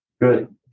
Good